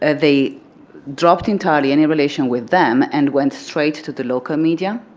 ah they dropped entirely any relation with them and went straight to the local media,